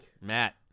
Matt